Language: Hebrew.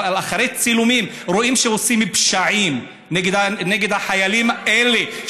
אבל אחרי צילומים רואים שעושים פשעים נגד החיילים האלה,